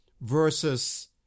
versus